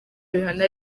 rihanna